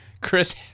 Chris